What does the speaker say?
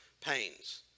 pains